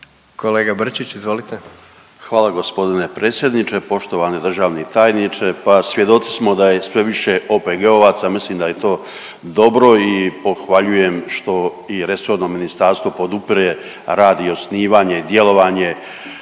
**Brčić, Luka (HDZ)** Hvala gospodine predsjedniče. Poštovani državni tajniče, pa svjedoci smo da je sve više OPG-ovca ja mislim da je to dobro i pohvaljujem što i resorno ministarstvo podupire rad i osnivanje, djelovanje